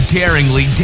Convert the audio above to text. daringly